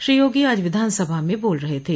श्री योगी आज विधानसभा में बोल रहे थे